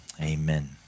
amen